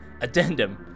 Addendum